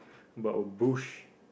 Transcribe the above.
about a bush